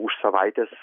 už savaitės